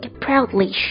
proudly